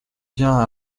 viens